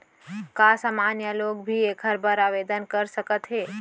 का सामान्य लोग भी एखर बर आवदेन कर सकत हे?